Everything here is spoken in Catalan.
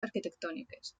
arquitectòniques